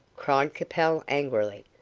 cried capel angrily,